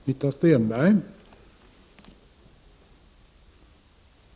Herr talman!